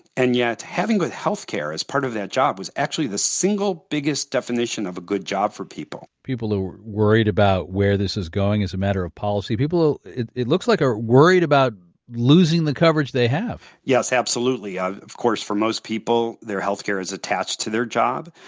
and yet having good health care as part of that job was actually the single biggest definition of a good job for people. people who are worried about where this is going as a matter of policy. people, it it looks like, are worried about losing the coverage they have yes, absolutely. of of course for most people, their health care is attached to their job.